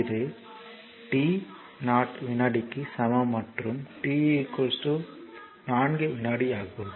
இது t 0 வினாடிக்கு சமம் மற்றும் இது t 4 வினாடி ஆகும்